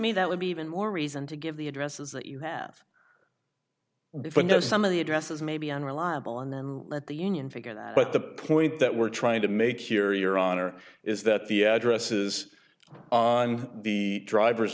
me that would be even more reason to give the addresses that you have yes some of the addresses may be unreliable at the union figure but the point that we're trying to make here your honor is that the addresses on the driver's